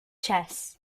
chess